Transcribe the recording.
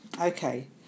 Okay